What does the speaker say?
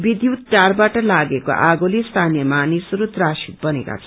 विद्युत तार बाट लागेको आगोले स्थानीय मानिसहरू त्रसित बनेका छन्